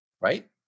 right